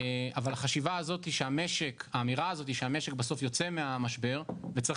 אבל האמירה הזאת שהמשק בסוף יוצא מהמשבר וצריך